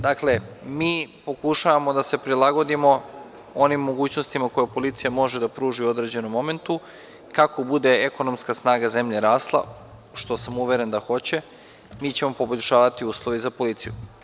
Dakle, mi pokušavamo da se prilagodimo onim mogućnostima koje policija može da pruži u određenom momentu, kako bude ekonomska snaga zemlje rasla, što sam uveren da hoće, mi ćemo poboljšavati uslove za policiju.